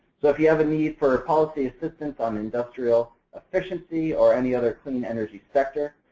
so, if you have a need for policy assistance on industrial efficiency or any other clean energy sector,